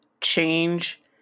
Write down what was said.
change